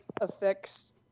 affects